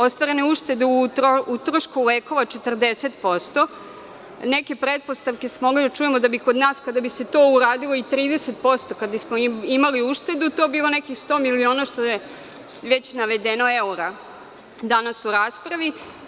Ostvarene uštede o utrošku lekova 40% neke pretpostavke smo mogli da čujemo da bi kod nas kada bi se to uradilo i 30% kad bi smo imali uštedu to bi bilo nekih 100 miliona što je već navedeno evra danas u raspravi.